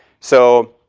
so